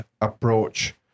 approach